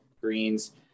greens